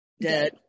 dead